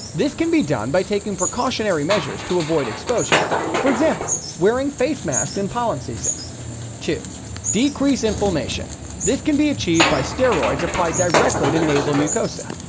this can be done by taking precautionary measures to avoid exposure, for example wearing face masks in pollen season two decrease inflammation this can be achieved by steroids applied directly to nasal mucosa.